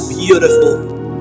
beautiful